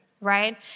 right